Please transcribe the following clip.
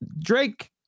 Drake